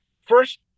First